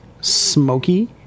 smoky